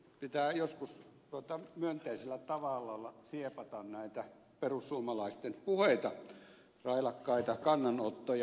pitää joskus myönteisellä tavalla siepata näitä perussuomalaisten puheita railakkaita kannanottoja